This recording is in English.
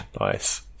Nice